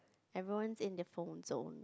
everyone's in their phone zone